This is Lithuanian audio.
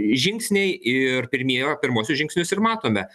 žingsniai ir pirmieji yra pirmuosius žingsnius ir matome